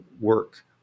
work